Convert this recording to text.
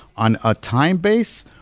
on a time base,